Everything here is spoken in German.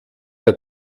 der